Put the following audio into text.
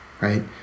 right